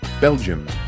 Belgium